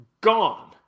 Gone